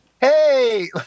Hey